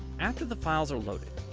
after the files are loaded,